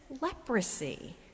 leprosy